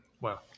wow